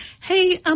hey